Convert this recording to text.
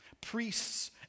priests